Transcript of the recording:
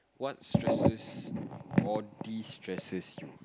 what stresses or destresses you